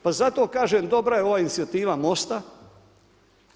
Pa zato kažem dobra je ova inicijativa MOST-a.